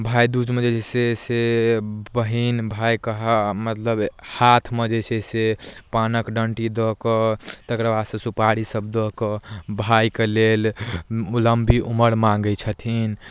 भाइ दूजमे जे छै से से बहीन भायके हा मतलब हाथमे जे छै से पानक डण्टी दऽ कऽ तकर बादसँ सुपारीसभ दऽ कऽ भायके लेल लम्बी उमर माँगै छथिन